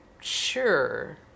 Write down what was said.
sure